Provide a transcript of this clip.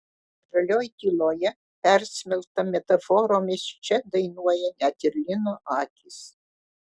žalioj tyloje persmelkta metaforomis čia dainuoja net ir lino akys